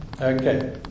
Okay